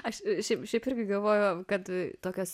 aš šiaip šiaip irgi galvoju kad tokios